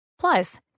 Plus